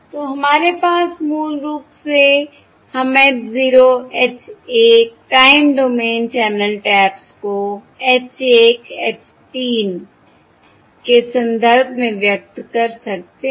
तो हमारे पास मूल रूप से हम h 0 h 1 time domain channel taps को H 1 H 3 के संदर्भ में व्यक्त कर सकते हैं